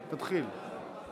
תתחיל.